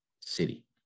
city